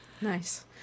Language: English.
nice